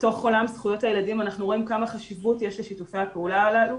בתוך עולם זכויות הילדים אנחנו רואים כמה חשיבות יש לשיתופי הפעולה הללו